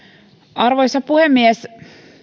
arvoisa puhemies